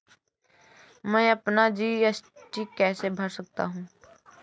मैं अपना जी.एस.टी कैसे भर सकता हूँ?